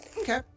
Okay